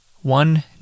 One